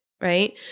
right